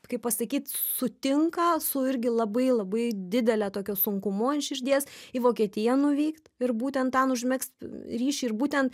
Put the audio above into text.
kaip pasakyt sutinka su irgi labai labai didele tokio sunkumu ant širdies į vokietiją nuvykt ir būtent ten užmegzt ryšį ir būtent